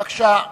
בבקשה.